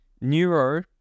neuro